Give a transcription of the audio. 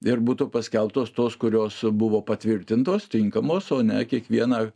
ir būtų paskelbtos tos kurios buvo patvirtintos tinkamos o ne kiekviena